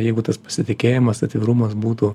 jeigu tas pasitikėjimas atvirumas būtų